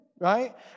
right